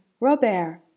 Robert